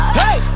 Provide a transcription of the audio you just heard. hey